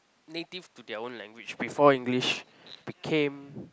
native to their own language before English became